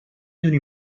دونی